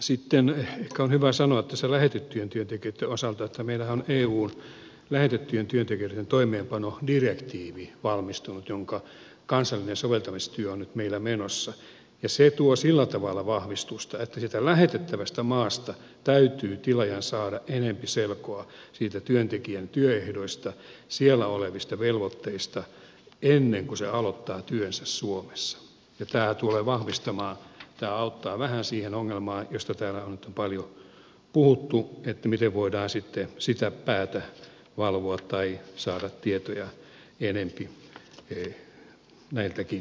sitten ehkä on hyvä sanoa lähetettyjen työntekijöitten osalta että meillähän on eun lähetettyjen työntekijöiden toimeenpanodirektiivi valmistunut jonka kansallinen soveltamistyö on nyt meillä menossa ja se tuo sillä tavalla vahvistusta että sieltä lähetettävästä maasta täytyy tilaajan saada enempi selkoa niistä työntekijän työehdoista siellä olevista velvoitteista ennen kuin se aloittaa työnsä suomessa ja tämä tulee vahvistamaan tämä auttaa vähän siihen ongelmaan josta täällä nyt on paljon puhuttu miten voidaan sitten sitä päätä valvoa tai saada tietoja enempi näiltäkin osin